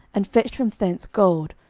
and fetched from thence gold,